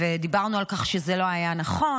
ודיברנו על כך שזה לא היה נכון.